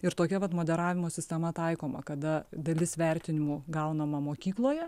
ir tokia vat moderavimo sistema taikoma kada dalis vertinimų gaunama mokykloje